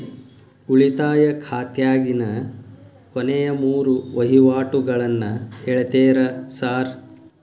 ಉಳಿತಾಯ ಖಾತ್ಯಾಗಿನ ಕೊನೆಯ ಮೂರು ವಹಿವಾಟುಗಳನ್ನ ಹೇಳ್ತೇರ ಸಾರ್?